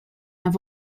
have